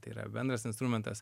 tai yra bendras instrumentas